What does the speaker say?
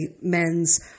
men's